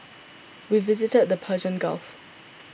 we visited the Persian Gulf